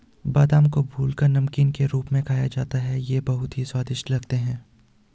बादाम को भूनकर नमकीन के रूप में खाया जाता है ये बहुत ही स्वादिष्ट लगते हैं